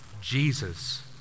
Jesus